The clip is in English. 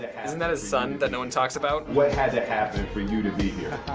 isn't that his son that no one talks about? what had to happen for you to be here?